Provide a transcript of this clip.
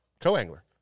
co-angler